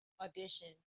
audition